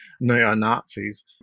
neo-Nazis